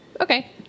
Okay